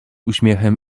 uśmiechem